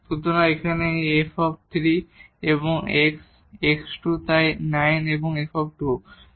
সুতরাং এখানে f এবং x x2 তাই 9 এবং f